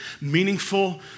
meaningful